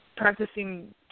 Practicing